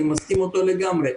אני מסכים אתם לגמרי.